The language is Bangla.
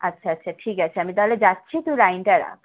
আচ্ছা আচ্ছা ঠিক আছে আমি তাহলে যাচ্ছি তুই লাইনটা রাখ